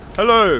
Hello